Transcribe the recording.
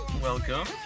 welcome